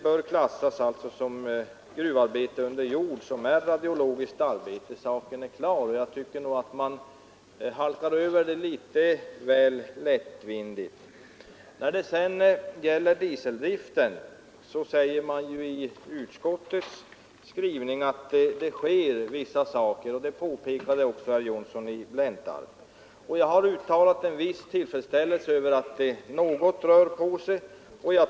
Gruvarbete under jord bör alltså klassas som radiologiskt arbete, den saken är klar, och jag tycker att man halkar över det litet väl lättvindigt. När det sedan gäller dieseldriften heter det i utskottets skrivning att en del saker nu görs, vilket också herr Johnsson i Blentarp påpekade. Jag har uttalat en viss tillfredsställelse över att det rör på sig litet grand.